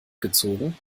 gezogen